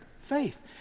Faith